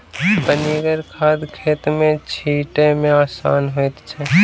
पनिगर खाद खेत मे छीटै मे आसान होइत छै